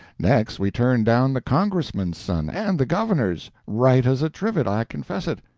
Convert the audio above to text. next, we turned down the congressman's son and the governor's right as a trivet, i confess it.